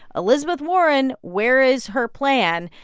elizabeth warren where is her plan?